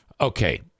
Okay